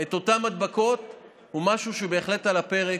את אותן הדבקות הוא משהו שבהחלט עומד על הפרק.